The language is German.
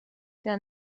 der